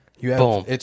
Boom